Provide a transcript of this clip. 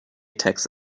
taxes